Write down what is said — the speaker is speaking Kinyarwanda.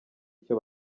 icyo